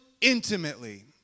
intimately